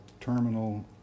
terminal